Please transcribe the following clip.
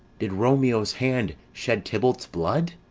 did romeo's hand shed tybalt's blood?